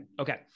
okay